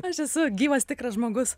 aš esu gyvas tikras žmogus